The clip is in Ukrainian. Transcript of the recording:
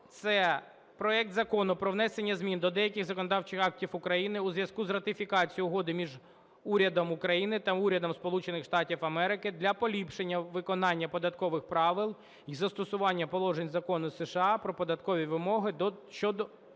це проект Закону про внесення змін до деяких законів України у зв'язку з ратифікацією Угоди між Урядом України та Урядом Сполучених Штатів Америки для поліпшення виконання податкових правил й застосування положень Закону США "Про податкові вимоги до